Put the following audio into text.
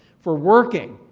for working,